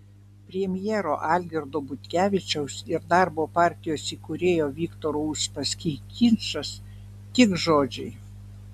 premjero algirdo butkevičiaus ir darbo partijos įkūrėjo viktoro uspaskich ginčas tik žodžiai